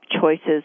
choices